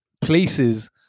places